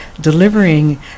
delivering